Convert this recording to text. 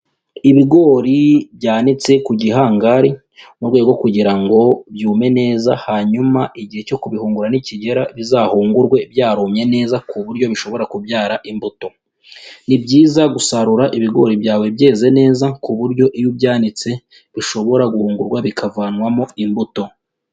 Ibigori byanitse ku gihangari mu rwego kugira ngo byume neza hanyuma igihe cyo kubihungura nikigera bizahungurwe byarumye neza ku buryo bishobora kubyara imbuto. Ni byiza gusarura ibigori byawe byeze neza ku buryo iyo ubyanitse bishobora guhungurwa bikavanwamo imbuto.